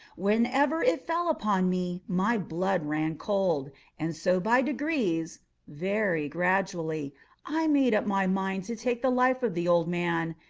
whenever it fell upon me, my blood ran cold and so by degrees very gradually i made up my mind to take the life of the old man,